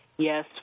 Yes